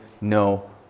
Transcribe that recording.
no